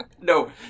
No